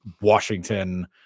washington